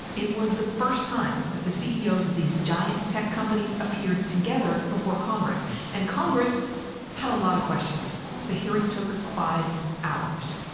it was the first time that the ceos of these giant tech companies appeared together before congress and congress um had a lot of questions the hearing took five hours.